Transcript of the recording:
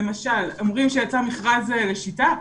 למשל אומרים שיצא מכרז ל'שיטה',